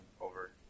over